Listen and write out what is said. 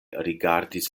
rigardis